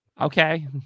Okay